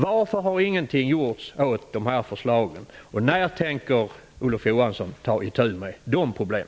Varför har ingenting gjorts åt dessa förslag? När tänker Olof Johansson ta itu med dessa problem?